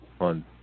on